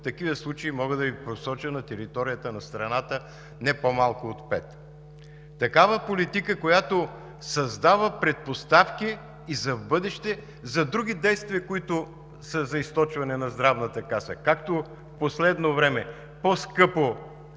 Такива случаи мога да Ви посоча на територията на страната не по-малко от пет. Такава политика, която създава предпоставки и за в бъдеще за други действия, които са за източване на Здравната каса, както в последно време по-скъпо